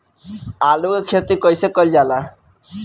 आलू की खेती कइसे कइल जाला?